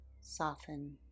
soften